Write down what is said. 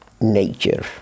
Nature